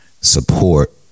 support